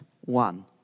one